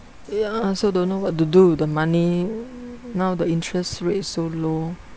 ya I also don't know what to do with the money now the interest rate so low